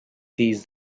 these